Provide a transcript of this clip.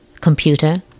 computer